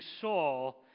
Saul